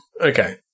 Okay